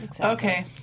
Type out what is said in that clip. okay